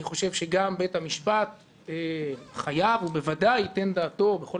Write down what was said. אני חושב שגם בית המשפט חייב ובוודאי ייתן דעתו בכל